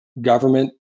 government